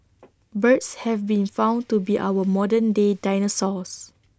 birds have been found to be our modern day dinosaurs